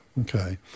Okay